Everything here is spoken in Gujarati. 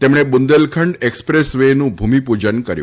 તેમણે બુંદેલખંડ એક્સપ્રેસ વેનું ભૂમિ પૂજન કર્યું